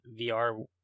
VR